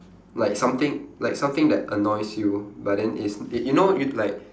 like something like something that annoys you but then it's y~ you know you'd like